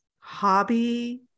hobby